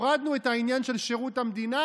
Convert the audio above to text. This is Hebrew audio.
הורדנו את העניין של שירות המדינה,